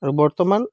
আৰু বৰ্তমান